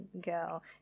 girl